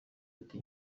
ati